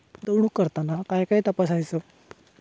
गुंतवणूक करताना काय काय तपासायच?